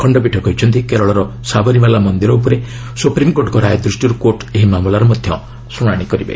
ଖଣ୍ଡପୀଠ କହିଛନ୍ତି କେରଳର ସାବରୀମାଳା ମନ୍ଦିର ଉପରେ ସୁପ୍ରିମକୋର୍ଟଙ୍କ ରାୟ ଦୂଷ୍ଟିରୁ କୋର୍ଟ ଏହି ମାମଲାର ମଧ୍ୟ ଶୁଣାଣି କରିବେ